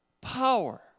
power